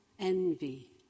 Envy